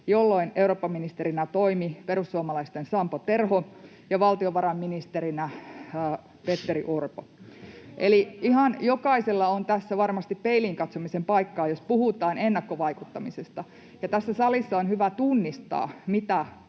jolloin eurooppaministerinä toimi perussuomalaisten Sampo Terho ja valtiovarainministerinä Petteri Orpo. [Sanna Antikainen: Meni puolue väärin!] Eli ihan jokaisella on tässä varmasti peiliin katsomisen paikka, jos puhutaan ennakkovaikuttamisesta, ja tässä salissa on hyvä tunnistaa,